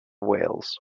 wales